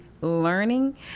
learning